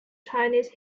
chinese